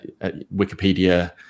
Wikipedia